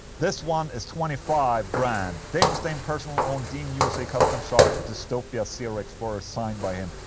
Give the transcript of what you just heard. this one is twenty five grand dave mustaine's personal owned dean usa custom shop dystopia zero explorer signed by him,